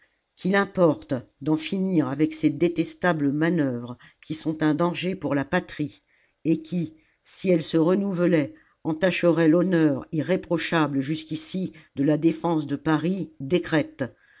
qu'il importe d'en finir avec ces détestables manœuvres qui sont un danger pour la patrie et qui si elles se la commune renouvelaient entacheraient l'honneur irréprochable jusqu'ici de la défense de paris décrète